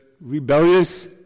rebellious